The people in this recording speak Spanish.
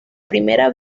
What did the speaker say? primera